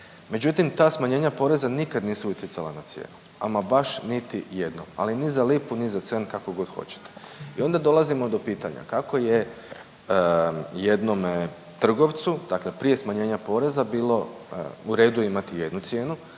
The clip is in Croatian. međutim ta smanjena poreza nikad nisu utjecala na cijenu, ama baš niti jednom, ali ni za lipu, ni za cent kakogod hoćete. I onda dolazimo do pitanja kako je jednome trgovcu, dakle prije smanjenja poreza bilo u redu imati jednu cijenu,